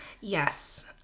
Yes